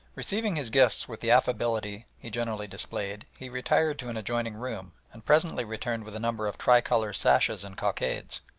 receiving his guests with the affability he generally displayed, he retired to an adjoining room, and presently returned with a number of tricolour sashes and cockades.